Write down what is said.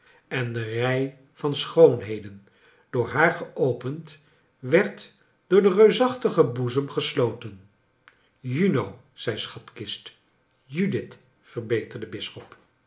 en de rij van schoonheden door haar geopend werd door den rensachtigen boezem gesloten juno zei schatkist judith verbeterde eisschop